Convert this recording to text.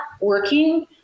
working